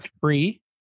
free